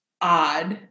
odd